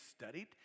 studied